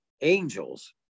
angels